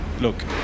Look